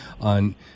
on